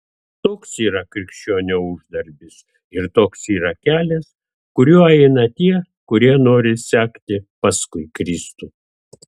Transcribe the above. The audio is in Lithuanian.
toks yra krikščionio uždarbis ir toks yra kelias kuriuo eina tie kurie nori sekti paskui kristų